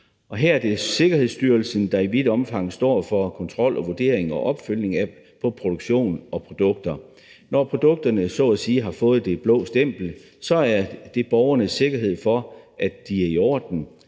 her er det Sikkerhedsstyrelsen, der i vidt omfang står for kontrol, vurdering og opfølgning på produktion og produkter. Når produkterne så at sige har fået det blå stempel, er det borgernes sikkerhed for, at de er i orden.